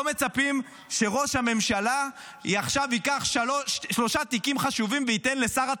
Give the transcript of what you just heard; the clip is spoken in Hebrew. לא מצפים שראש הממשלה עכשיו ייקח שלושה תיקים חשובים וייתן לשר התיירות.